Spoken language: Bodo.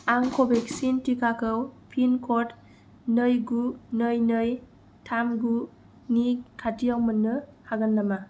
आं कभेक्सिन टिकाखौ पिन कड नै गु नै नै थाम गु नि खाथिआव मोननो हागोन नामा